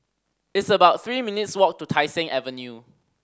it's about three minutes' walk to Tai Seng Avenue